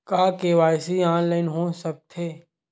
का KYC online हो सकथे?